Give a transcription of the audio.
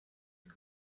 del